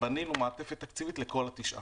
ובנינו מעטפת תקציבית לכול התשעה.